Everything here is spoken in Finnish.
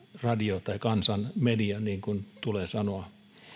radio tai kansan media niin kuin tulee sanoa